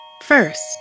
First